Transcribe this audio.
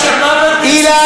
אדוני.